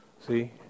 See